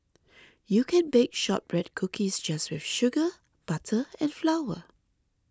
you can bake Shortbread Cookies just with sugar butter and flour